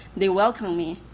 they welcome me.